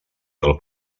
del